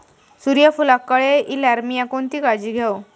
सूर्यफूलाक कळे इल्यार मीया कोणती काळजी घेव?